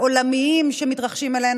העולמיים שמתרחשים עלינו,